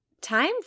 Time